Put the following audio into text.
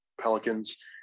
Pelicans